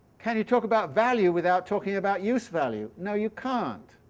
can you talk about value without talking about use-value? no you can't.